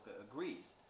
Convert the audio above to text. agrees